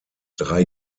drei